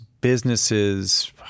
businesses